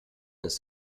ist